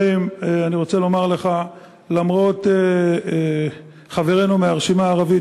אני רוצה גם לומר כמה מילים על מלאכי רוזנפלד,